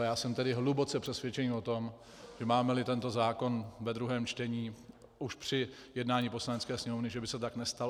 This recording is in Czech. Já jsem tedy hluboce přesvědčený o tom, že mámeli tento zákon ve druhém čtení už při jednání Poslanecké sněmovny, že by se tak nestalo.